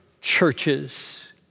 churches